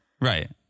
Right